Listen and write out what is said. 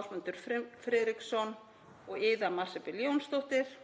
Ásmundur Friðriksson og Iða Marsibil Jónsdóttir.